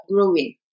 growing